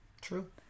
True